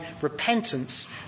repentance